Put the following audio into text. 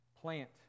plant